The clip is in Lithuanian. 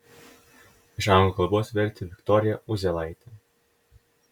iš anglų kalbos vertė viktorija uzėlaitė